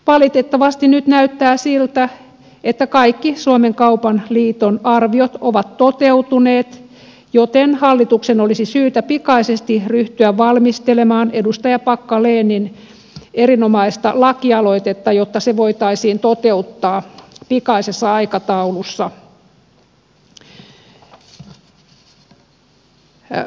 valitettavasti nyt näyttää siltä että kaikki suomen kaupan liiton arviot ovat toteutuneet joten hallituksen olisi syytä pikaisesti ryhtyä valmistelemaan edustaja packalenin erinomaista lakialoitetta jotta se voitaisiin toteuttaa pikaisessa aikataulussa